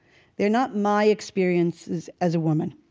they're not my experiences as a woman.